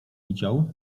widział